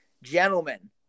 gentlemen